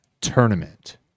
tournament